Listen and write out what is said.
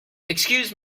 excuse